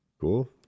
Cool